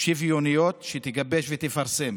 שוויוניות שתגבש ותפרסם.